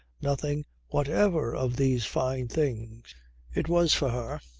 nothing whatever of these fine things it was for her,